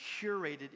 curated